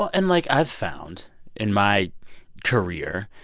and, like, i've found in my career,